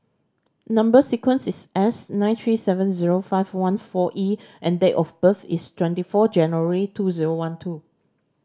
number sequence is S nine three seven zero five one four E and date of birth is twenty four January two zero one two